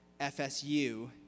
FSU